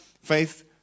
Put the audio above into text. Faith